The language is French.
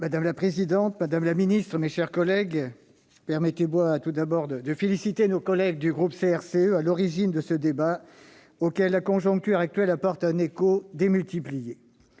Madame la présidente, madame la ministre, mes chers collègues, je commencerai par féliciter nos collègues du groupe CRCE d'être à l'origine de ce débat auquel la conjoncture actuelle apporte un écho démultiplié.